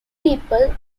people